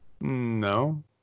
No